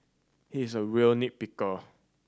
he is a real nit picker